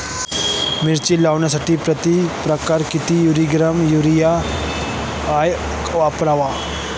मिरची लागवडीसाठी प्रति एकर किती किलोग्रॅम युरिया वापरावा?